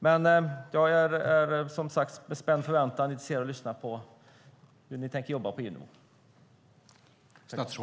Men jag väntar spänt på att få höra hur ni tänker jobba på EU-nivå.